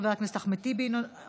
חבר הכנסת אחמד טיבי?